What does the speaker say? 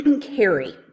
carry